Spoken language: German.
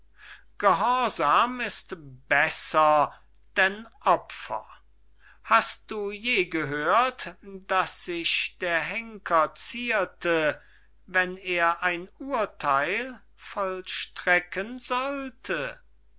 gehorsam ist besser denn opfer hast du je gehört daß sich der henker zierte wenn er ein urtheil vollstrecken sollte